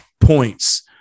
points